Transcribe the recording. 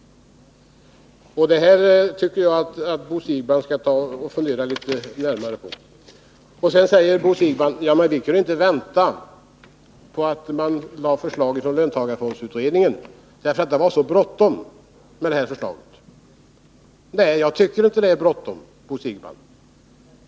Det här tycker jag att Bo Siegbahn skall fundera litet närmare på. Bo Siegbahn säger: Ja, men vi kunde inte vänta på att man skulle lägga fram förslag från löntagarfondsutredningens sida, för det var så bråttom med det här. Nej, jag tycker inte det är bråttom, Bo Siegbahn.